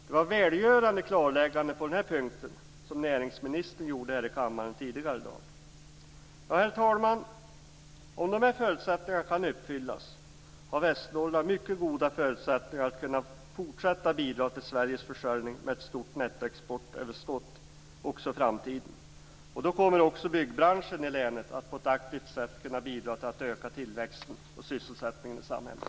Det var välgörande klarlägganden på den punkten från näringsministern här i kammaren tidigare i dag. Herr talman! Om dessa förutsättningar kan uppfyllas har Västernorrland mycket goda förutsättningar att fortsatt bidra till Sveriges försörjning med ett stort nettoexportöverskott också i framtiden. Då kommer även byggbranschen i länet att aktivt kunna bidra till att öka tillväxten och sysselsättningen i samhället.